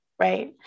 Right